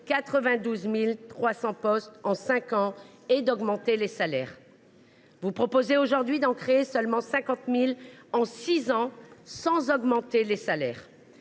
92 300 postes en cinq ans et d’augmenter les salaires. Vous proposez aujourd’hui d’en créer seulement 50 000 en six ans, et sans augmenter les salaires